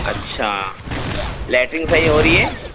اچھا لیٹرین صحیح ہو رہی ہے